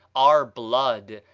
our blood,